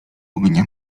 ognia